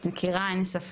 את מכירה, אין לי ספק.